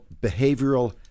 behavioral